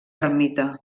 ermita